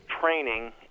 training